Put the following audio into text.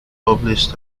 published